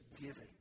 giving